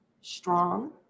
strong